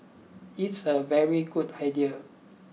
it's a very good idea